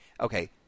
Okay